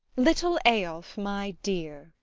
little eyolf, my dear!